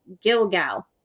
Gilgal